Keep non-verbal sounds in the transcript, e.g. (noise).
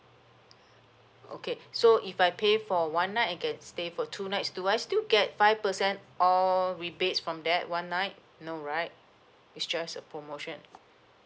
(breath) okay (breath) so if I pay for one night I can stay for two nights do I still get five percent all rebates from that one night no right it's just a promotion